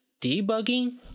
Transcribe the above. debugging